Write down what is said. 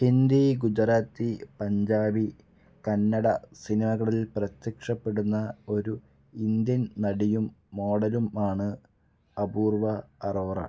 ഹിന്ദി ഗുജറാത്തി പഞ്ചാബി കന്നഡ സിനിമകളിൽ പ്രത്യക്ഷപ്പെടുന്ന ഒരു ഇന്ത്യൻ നടിയും മോഡലുമാണ് അപൂർവ അറോറ